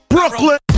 Brooklyn